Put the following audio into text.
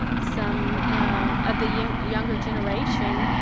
some ah of the younger younger generation,